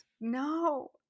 No